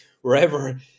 wherever